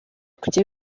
kujya